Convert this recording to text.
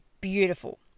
beautiful